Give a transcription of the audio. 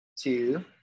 two